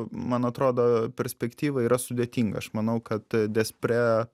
man atrodo perspektyva yra sudėtinga aš manau kad despre